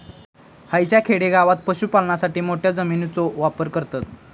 हयच्या खेडेगावात पशुपालनासाठी मोठ्या जमिनीचो वापर करतत